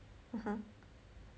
(uh huh)